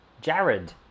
Jared